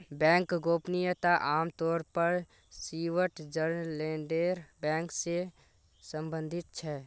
bank गोपनीयता आम तौर पर स्विटज़रलैंडेर बैंक से सम्बंधित छे